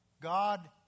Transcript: God